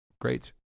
great